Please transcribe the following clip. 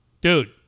Dude